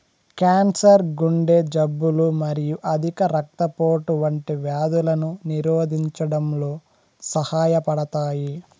cancer, గుండె జబ్బులు మరియు అధిక రక్తపోటు వంటి వ్యాధులను నిరోధించడంలో సహాయపడతాయి